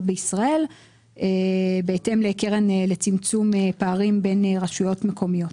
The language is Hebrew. בישראל בהתאם לקרן לצמצום פערים בין רשויות מקומיות.